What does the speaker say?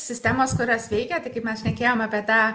sistemos kurios veikia tai kaip mes šnekėjom apie tą